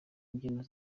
imbyino